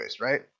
right